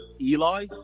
Eli